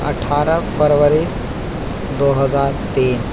अट्ठारह फरवरी दो हज़ार तीन